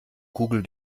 kugel